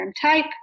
type